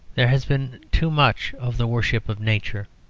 there has been too much of the worship of nature.